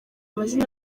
amazina